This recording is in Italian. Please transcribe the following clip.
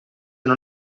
non